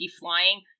flying